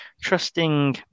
trusting